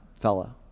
fellow